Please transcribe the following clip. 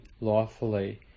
lawfully